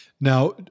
Now